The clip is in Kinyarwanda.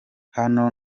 hano